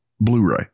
blu-ray